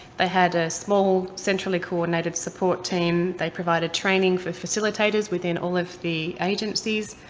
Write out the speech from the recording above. they had a small, centrally-coordinated support team, they provided training for facilitators within all of the agencies,